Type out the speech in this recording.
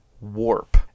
Warp